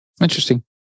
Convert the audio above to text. Interesting